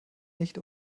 nicht